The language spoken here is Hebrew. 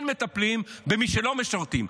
כן מטפלים במי שלא משרתים,